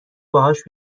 باهاش